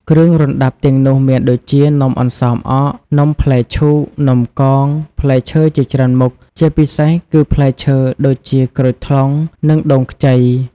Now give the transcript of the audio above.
គ្រឿងរណ្តាប់ទាំងនោះមានដូចជា នំអន្សមអក នំផ្លែឈូក នំកង ផ្លែឈើជាច្រើនមុខ ជាពិសេសគឺផ្លែឈើដូចជា ក្រូចថ្លុង និងដូងខ្ចី។